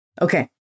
Okay